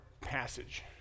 passage